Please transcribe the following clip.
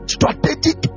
Strategic